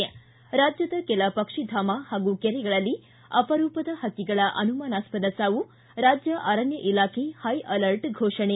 ರ್ತಿ ರಾಜ್ಯದ ಕೆಲ ಪಕ್ಷಿಧಾಮ ಹಾಗೂ ಕೆರೆಗಳಲ್ಲಿ ಅಪರೂಪದ ಪಕ್ಷಿಗಳ ಅನುಮಾನಾಸ್ವದ ಸಾವು ರಾಜ್ಯ ಅರಣ್ಯ ಇಲಾಖೆ ಹೈಅಲರ್ಟ್ ಫೋರ್ಷಣೆ